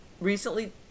recently